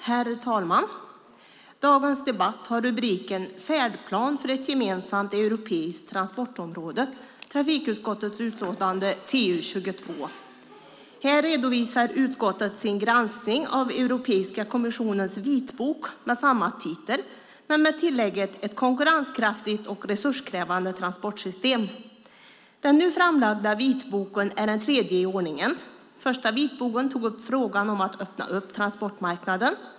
Herr talman! Dagens debatt gäller Färdplan för ett gemensamt europeiskt transportområde , trafikutskottets utlåtande TU22. Här redovisar utskottet sin granskning av Europeiska kommissionens vitbok, med samma titel men med tillägget Ett konkurrenskraftigt och resurskrävande transportsystem . Den nu framlagda vitboken är den tredje i ordningen. Den första vitboken tog upp frågan om att öppna transportmarknaden.